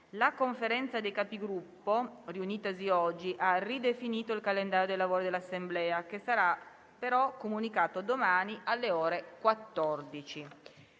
la Conferenza dei Capigruppo, riunitasi oggi, ha ridefinito il calendario dei lavori dell'Assemblea, che sarà comunicato domani, alle ore 14.